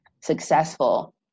successful